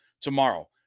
tomorrow